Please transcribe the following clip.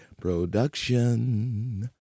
Production